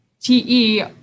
TE